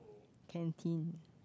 canteen